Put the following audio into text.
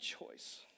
choice